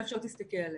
איך שלא תסתכל עליהם.